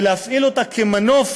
ולהפעיל אותה כמנוף